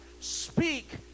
speak